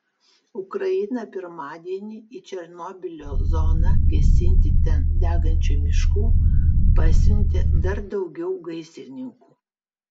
ukraina pirmadienį į černobylio zoną gesinti ten degančių miškų pasiuntė dar daugiau gaisrininkų